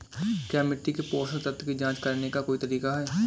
क्या मिट्टी से पोषक तत्व की जांच करने का कोई तरीका है?